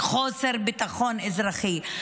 חוסר ביטחון אזרחי.